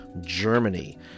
Germany